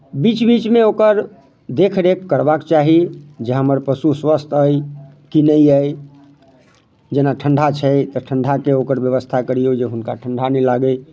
बीच बीचमे ओकर देखरेख करबाक चाही जे हमर पशु स्वस्थ अइ कि नहि अइ जेना ठंडा छै तऽ ठंडाके ओकर व्यवस्था करियौ जे हुनका ठंडा नहि लागय